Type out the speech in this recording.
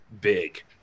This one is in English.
big